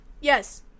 Yes